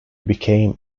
became